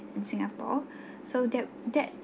in singapore so that that